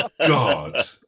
God